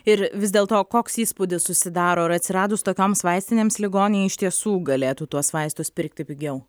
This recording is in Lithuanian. ir vis dėlto koks įspūdis susidaro ar atsiradus tokioms vaistinėms ligoniai iš tiesų galėtų tuos vaistus pirkti pigiau